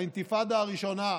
לאינתיפאדה הראשונה,